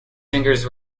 fingers